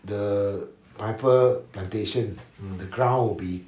the pineapple plantation the ground would be